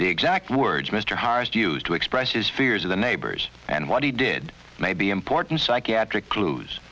the exact words mr horace used to express his fears of the neighbors and what he did may be important psychiatric clues